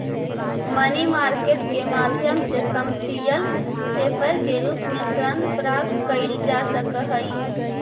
money market के माध्यम से कमर्शियल पेपर के रूप में ऋण प्राप्त कईल जा सकऽ हई